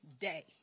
day